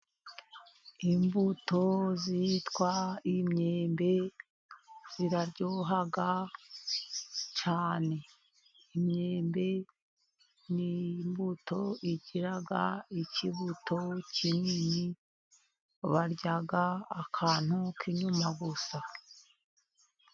Imbuto zitwa imyembe, iraryoha cyane imyembe ni imbuto zigira ikibuto kinini, barya akantu k'inyuma gusa.